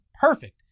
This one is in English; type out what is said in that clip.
perfect